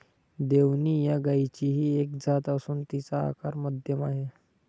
देवणी या गायचीही एक जात असून तिचा आकार मध्यम आहे